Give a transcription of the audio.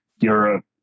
Europe